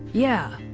yeah,